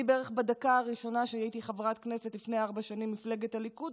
בערך בדקה הראשונה כשנהייתי חברת כנסת לפני ארבע שנים במפלגת הליכוד,